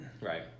Right